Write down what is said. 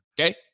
Okay